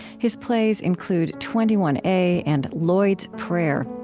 his plays include twenty one a and lloyd's prayer.